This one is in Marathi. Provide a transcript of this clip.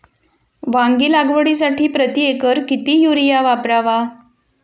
वांगी लागवडीसाठी प्रति एकर किती युरिया वापरावा?